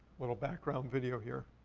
little background video here.